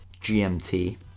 GMT